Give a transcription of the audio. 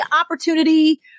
opportunity